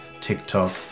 TikTok